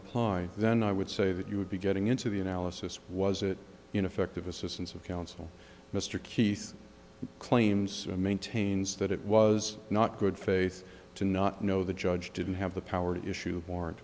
apply then i would say that you would be getting into the analysis was it in effect of assistance of counsel mr keith claims or maintains that it was not good faith to not know the judge didn't have the power to issue